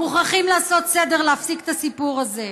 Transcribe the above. מוכרחים לעשות סדר, להפסיק את הסיפור הזה.